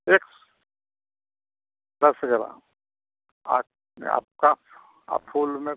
एक दस ग्राम आ आपका आ फूल में